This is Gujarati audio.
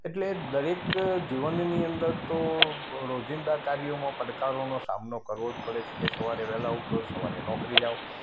એટલે દરેક જીવનની અંદર તો રોજિંદા કાર્યોમાં પડકારોનો સામનો કરવો જ પડે છે કે સવારે વહેલાં ઉઠો સવારે નોકરી જાઓ